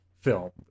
film